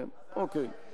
כן, אוקיי.